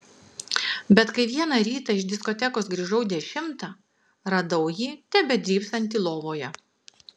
bet kai vieną rytą iš diskotekos grįžau dešimtą radau jį tebedrybsantį lovoje